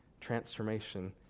transformation